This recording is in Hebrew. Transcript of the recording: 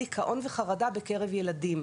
דיכאון וחרדה בקרב ילדים.